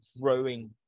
growing